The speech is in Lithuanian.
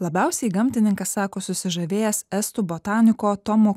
labiausiai gamtininkas sako susižavėjęs estų botaniko tomo